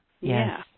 Yes